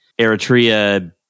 eritrea